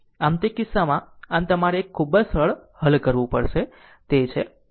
આમ તે કિસ્સામાં આમ તમારે આ એક ખૂબ જ સરળ હલ કરવું પડશે તે છે